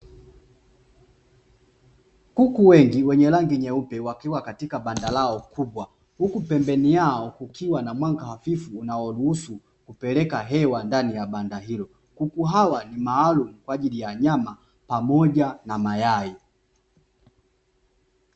Kuku wengi wenye rangi nyeupe, wakiwa katika banda lao kubwa, huku pembeni yao kukiwa na mwanga hafifu ambao unaruhusu kupeleka mwanga ndani ya banda hilo, kuku hawa ni maalumu kwa ajili ya nyama na mayai.